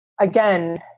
again